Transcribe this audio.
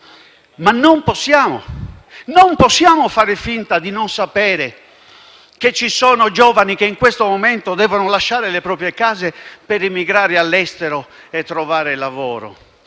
ma non possiamo fare finta di non sapere che ci sono giovani che in questo momento devono lasciare le proprie case per emigrare all'estero e trovare lavoro.